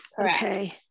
Okay